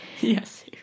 Yes